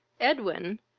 edwin,